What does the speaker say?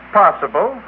possible